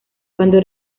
cuando